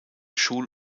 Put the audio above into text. schul